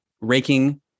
raking